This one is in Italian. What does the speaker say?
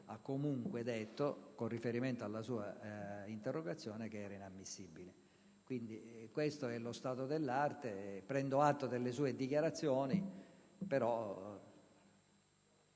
ha comunque detto, con riferimento alla sua interrogazione, che era inammissibile. Questo è lo stato dell'arte; in ogni caso, prendo atto delle sue dichiarazioni.